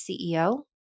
CEO